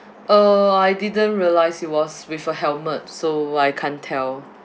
uh I didn't realize he was with a helmet so I can't tell